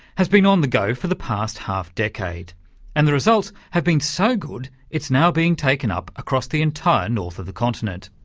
has been on the go for the past half decade and the results have been so good it's now being taken up across the entire north of the continent.